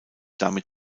damit